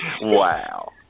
wow